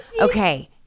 Okay